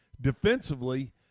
defensively